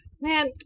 Man